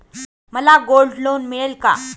मला gold loan मिळेल का?